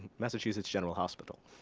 massachusetts general hospital.